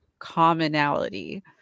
commonality